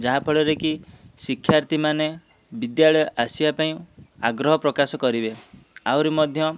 ଯାହାଫଳରେ କି ଶିକ୍ଷାର୍ଥୀମାନେ ବିଦ୍ୟାଳୟ ଆସିବାପାଇଁ ଆଗ୍ରହ ପ୍ରକାଶ କରିବେ ଆହୁରି ମଧ୍ୟ